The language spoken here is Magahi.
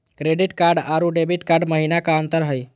क्रेडिट कार्ड अरू डेबिट कार्ड महिना का अंतर हई?